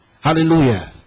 Hallelujah